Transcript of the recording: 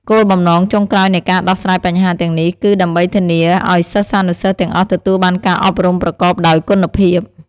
គោលបំណងចុងក្រោយនៃការដោះស្រាយបញ្ហាទាំងនេះ គឺដើម្បីធានាឱ្យសិស្សានុសិស្សទាំងអស់ទទួលបានការអប់រំប្រកបដោយគុណភាព។